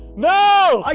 no!